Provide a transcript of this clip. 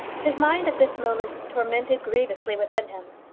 his mind at this moment was tormented grievously within him.